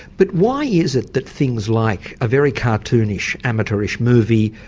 but why is it that things like a very cartoonish amateurish movie,